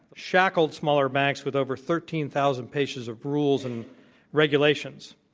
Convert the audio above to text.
shackled smaller banks with over thirteen thousand pages of rules and regulations